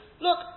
Look